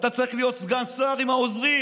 אתה צריך להיות סגן שר עם העוזרים,